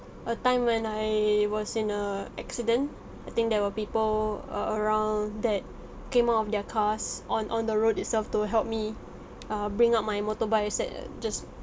a time when I was in a accident I think there were people uh around that came out of their cars on on the road itself to help me err bring up my motorbike at the side just